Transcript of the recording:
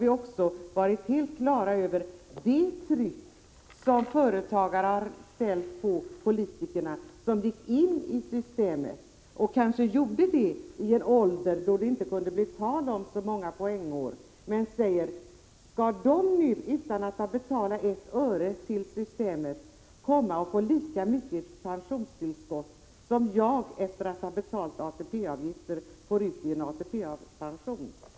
Vi har också varit helt klara över det tryck som företagare har satt på politikerna, företagare som gick in i systemet vid en ålder då det inte kunde bli tal om så många poängår. Skall dessa nu utan att ha betalat ett öre till systemet få lika mycket i pensionstillskott som jag efter att ha betalat ATP-avgifter får ut i ATP?